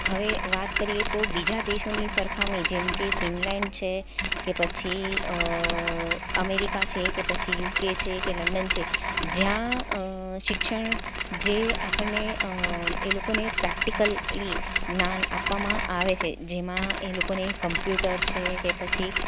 હવે વાત કરીએ તો બીજા દેશોની સરખામણી જેમકે ફિનલેન્ડ છે કે પછી અમેરિકા છે પછી યુકે છે કે લંડન છે જ્યાં શિક્ષણ જે આપણને એ લોકોને પ્રેક્ટિકલ પેલી જ્ઞાન આપવામાં આવે છે જેમાં એ લોકોને કમ્પ્યુટર છે કે પછી